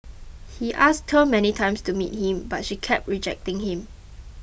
he asked her many times to meet him but she kept rejecting him